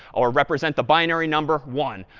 or represent the binary number one.